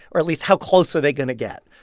or at least how close are they going to get?